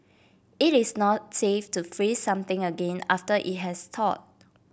it is not safe to freeze something again after it has thawed